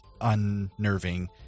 unnerving